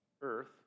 earth